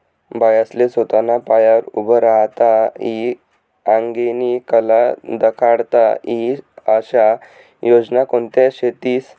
बायास्ले सोताना पायावर उभं राहता ई आंगेनी कला दखाडता ई आशा योजना कोणत्या शेतीस?